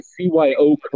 CYO